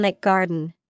garden